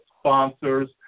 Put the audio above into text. sponsors